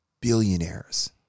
billionaires